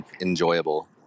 enjoyable